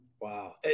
Wow